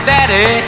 Daddy